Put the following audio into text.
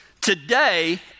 today